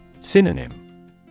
Synonym